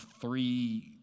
three